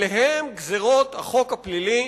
עליהם גזירות החוק הפלילי